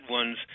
ones